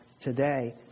today